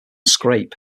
scrape